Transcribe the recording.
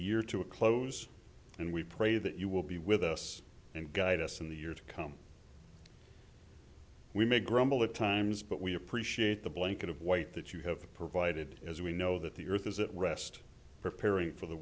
year to a close and we pray that you will be with us and guide us in the year to come we may grumble at times but we appreciate the blanket of white that you have provided as we know that the earth is at rest preparing for the